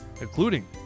including